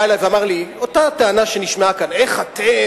אלי ואמר לי אותה טענה שנשמעה כאן: איך אתם,